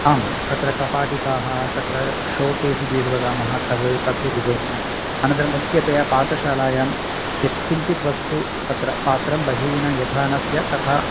आं तत्र कपाटिकाः तत्र शोकेस् इति यद् वदामः तद् तस्य डिसैनिङ्ग् अनन्तरं मुख्यतया पाकशालायां यक्तिञ्चित् वस्तु तत्र पात्रं बहिः न यथा न स्यात् तथा